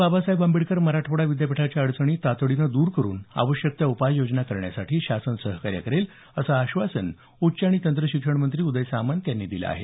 बाबासाहेब आंबेडकर मराठवाडा विद्यापीठाच्या अडचणी तातडीने दर करून आवश्यक त्या उपाययोजना करण्यासाठी शासन सहकाये करेल असं आश्वासन उच्च आणि तंत्र शिक्षण मंत्री उदय सामंत यांनी दिलं आहे